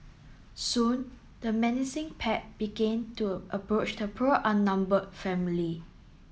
soon the menacing pack began to approach the poor outnumbered family